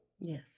Yes